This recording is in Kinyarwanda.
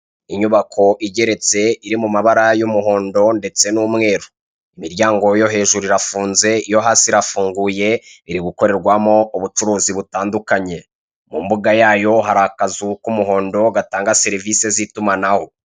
Inyubako igeretse iri mu mabara y'umuhondo ndetse n'umweru. Imiryango yo hejuru irafunze iyo hasi irafunguye iri gukorerwamo ubucuruzi butandukanye. Mu mbuga yayo hari akazu k'umuhondo gatanga serivise z'itumanaho.